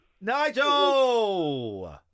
Nigel